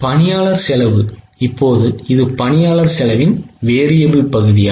பணியாளர் செலவு இப்போது இது பணியாளர் செலவின் variable பகுதியாகும்